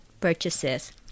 purchases